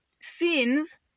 scenes